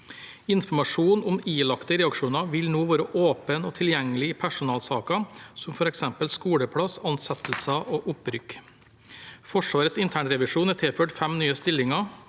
Informasjon om ilagte reaksjoner vil nå være åpen og tilgjengelig i personalsaker, som f.eks. skoleplass, ansettelser og opprykk. Forsvarets internrevisjon er tilført fem nye stilinger.